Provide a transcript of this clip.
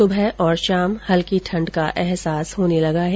सुबह और शाम हल्की ठंड का एहसास होने लगा है